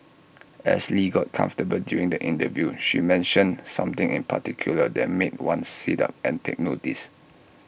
as lee got comfortable during the interview she mentioned something in particular that made one sit up and take notice